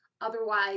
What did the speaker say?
Otherwise